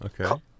Okay